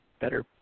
better